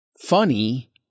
funny